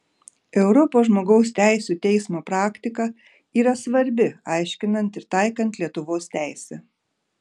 europos žmogaus teisių teismo praktika yra svarbi aiškinant ir taikant lietuvos teisę